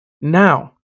Now